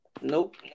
Nope